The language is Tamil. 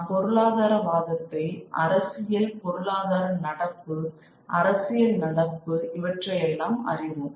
நாம் பொருளாதார வாதத்தை அரசியல் பொருளாதார நடப்பு அரசியல் நடப்பு இவற்றையெல்லாம் அறிவோம்